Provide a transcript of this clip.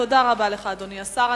תודה רבה לך, אדוני השר.